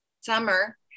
summer